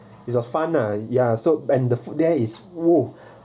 it's a fun lah ya so and the food there is !whoa!